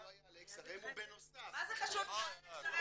הוא לא היה על XRM ובנוסף -- מה זה חשוב אם זה היה על XRM